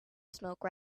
smoke